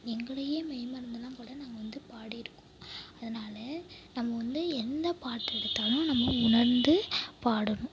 எங்களை மெய்மறந்தெல்லாம் கூட நாங்கள் வந்து பாடியிருக்கோம் அதனால் நம்ம வந்து எந்த பாட்டெடுத்தாலும் நம்ம வந்து உணர்ந்து பாடணும்